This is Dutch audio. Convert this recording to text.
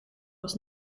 was